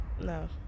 no